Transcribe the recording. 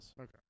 Okay